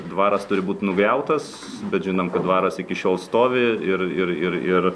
dvaras turi būti nugriautas bet žinome kad dvaras iki šiol stovi ir ir ir ir